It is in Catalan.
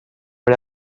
era